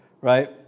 right